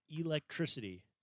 electricity